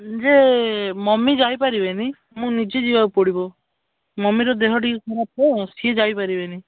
ଯେ ମମି ଯାଇପାରିବେନି ମୁଁ ନିଜେ ଯିବାକୁ ପଡ଼ିବ ମମିର ଦେହ ଟିକିଏ ଖରାପ ତ ସିଏ ଯାଇପାରିବେନି